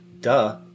duh